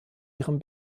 ihrem